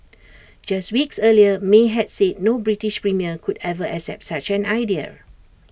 just weeks earlier may had said no British premier could ever accept such an idea